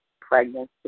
pregnancy